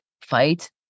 fight